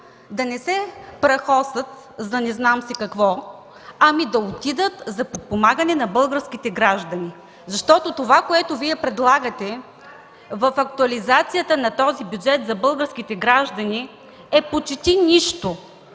да не се прахосат за не знам си какво, а да отидат за подпомагане на българските граждани. Защото предлаганото от Вас в актуализацията на този бюджет за българските граждани е почти нищо